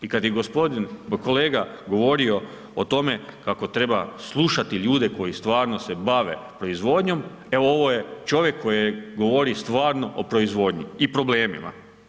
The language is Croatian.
I kad je gospodin kolega govorio o tome kako treba slušati ljude koji stvarno se bave proizvodnjom, evo ovo je čovjek koji govori stvarno o proizvodnji i problemima.